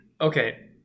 okay